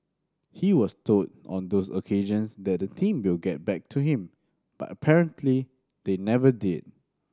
he was told on those occasions that the team will get back to him but apparently they never did